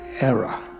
Era